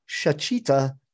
Shachita